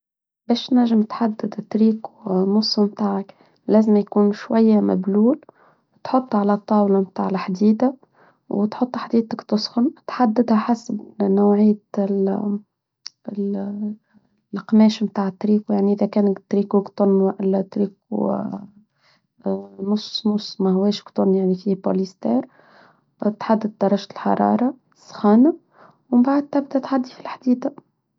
باش نجم تحدد تريكو مصو متاعك لازم يكون شوية مبلول بتحط على الطاولة متاع الحديدة وتحط حديدك تصخم بتحددها حسب نوعية القماش متاع تريكو يعني إذا كان تريكو قتن وإلا تريكو نص نص ما هواش قتن يعني فيه بوليستار بتحدد درجة الحرارة سخانة وبعدها بتتعدي في الحديدة.